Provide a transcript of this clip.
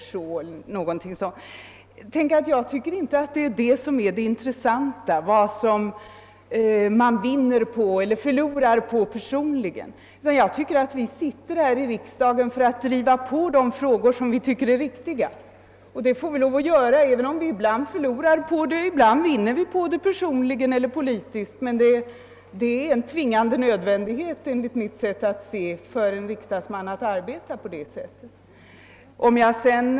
Tänk, herr finansminister, jag tycker inte att det intressanta är vad man personligen vinner eller förlorar på — vi sitter enligt min mening här i riksdagen för att driva på de frågor som vi tycker det är riktigt att driva på. Och det får vi lov att göra oavsett om vi förlorar på det eller vinner på det personligt eller politiskt. Det är, enligt mitt sätt att se, en tvingande nödvändighet för en riksdagsman att arbeta på det viset.